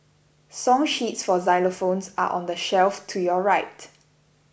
song sheets for xylophones are on the shelf to your right